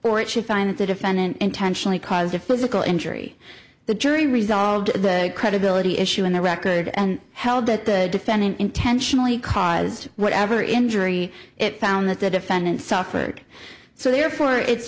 or it should find that the defendant intentionally caused a physical injury the jury resolved the credibility issue in the record and held that the defendant intentionally caused whatever injury it found that the defendant suffered so therefore it's